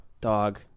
Dog